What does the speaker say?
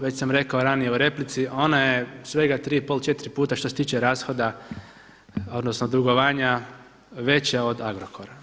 Već sam rekao ranije u replici ona je svega tri i pol, četiri puta što se tiče rashoda, odnosno dugovanja veća od Agrokora.